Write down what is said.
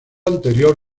anterior